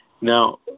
Now